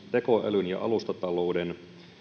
tekoälyn ja alustatalouden